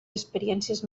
experiències